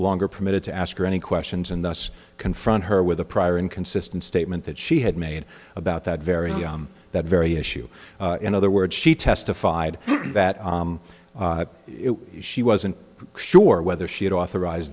longer permitted to ask any questions and thus confront her with a prior inconsistent statement that she had made about that very that very issue in other words she testified that she wasn't sure whether she had authorized